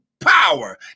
Power